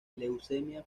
leucemia